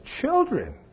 children